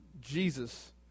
Jesus